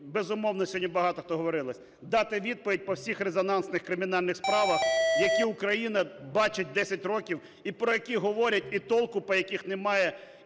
безумовно, сьогодні багато хто говорили: дати відповідь по всіх кримінальних резонансних справах, які Україна бачить 10 років і про які говорять, і толку по яких немає,